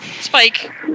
Spike